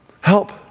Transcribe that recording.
Help